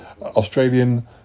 Australian